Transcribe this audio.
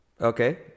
okay